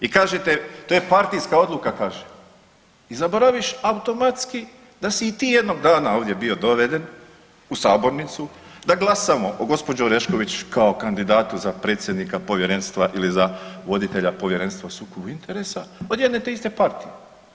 I kažete to je partijska odluka kaže i zaboraviš automatski da si i ti jednog dana ovdje bio doveden u sabornicu da glasamo o gospođi Orešković kao kandidatu za predsjednika povjerenstva ili za voditelja Povjerenstva o sukobu interesa od jedne te iste partije.